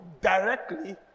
directly